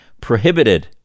prohibited